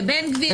לבן גביר?